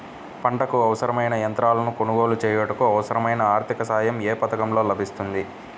పంటకు అవసరమైన యంత్రాలను కొనగోలు చేయుటకు, అవసరమైన ఆర్థిక సాయం యే పథకంలో లభిస్తుంది?